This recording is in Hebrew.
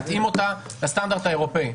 להתאים אותה לסטנדרט האירופי.